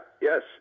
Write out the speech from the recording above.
yes